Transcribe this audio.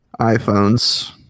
iPhones